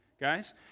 guys